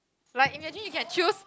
like imagine you can choose